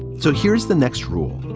so here's the next rule.